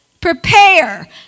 Prepare